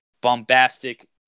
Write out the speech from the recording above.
bombastic